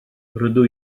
rydw